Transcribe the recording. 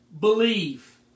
believe